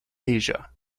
asia